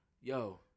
Yo